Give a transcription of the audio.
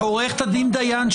עורכת הדין דיין,